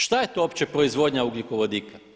Šta je to uopće proizvodnja ugljikovodika?